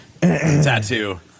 tattoo